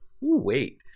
wait